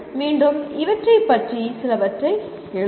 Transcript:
மீண்டும் இவற்றைப் பற்றி சிலவற்றை எழுதுங்கள்